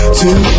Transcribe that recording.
two